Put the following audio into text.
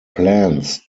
plans